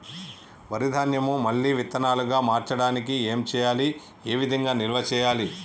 వరి ధాన్యము మళ్ళీ విత్తనాలు గా మార్చడానికి ఏం చేయాలి ఏ విధంగా నిల్వ చేయాలి?